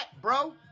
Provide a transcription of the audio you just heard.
bro